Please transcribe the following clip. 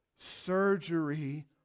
surgery